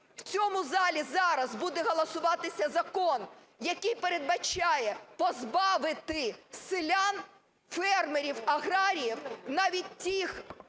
в цьому залі зараз буде голосуватися закон, який передбачає позбавити селян, фермерів, аграріїв навіть тих